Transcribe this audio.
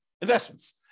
investments